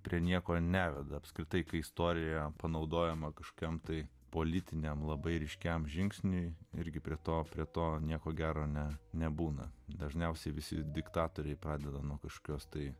prie nieko neveda apskritai kai istorija panaudojama kažkam tai politiniam labai ryškiam žingsniai irgi prie to prie to nieko gero ne nebūna dažniausiai visi diktatoriai pradeda nuo kažkokios tai